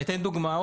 אני אתן דוגמה.